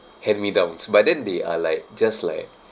hand me downs but then they are like just like